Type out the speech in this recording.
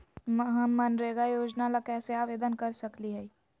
हम मनरेगा योजना ला कैसे आवेदन कर सकली हई?